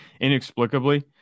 inexplicably